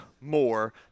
more